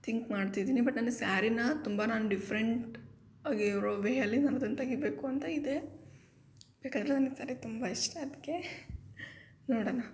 think ಮಾಡ್ತಿದ್ದೀನಿ but ನನಗೆ ಸ್ಯಾರಿನಾ ತುಂಬ ನಾನು ಡಿಫ್ರೆಂಟ್ ಆಗಿ ಅವ್ರ ವೇಯಲ್ಲಿ ನಾನು ಅದನ್ನ ತೆಗೀಬೇಕು ಅಂತ ಇದೆ ಯಾಕಂದರೆ ನನಗೆ ಸ್ಯಾರಿ ತುಂಬ ಇಷ್ಟ ಅದಕ್ಕೆ ನೋಡಣ